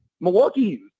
Milwaukee